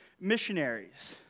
missionaries